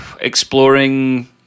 exploring